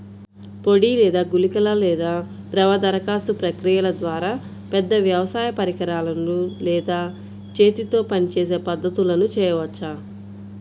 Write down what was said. పొడి లేదా గుళికల లేదా ద్రవ దరఖాస్తు ప్రక్రియల ద్వారా, పెద్ద వ్యవసాయ పరికరాలు లేదా చేతితో పనిచేసే పద్ధతులను చేయవచ్చా?